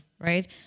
right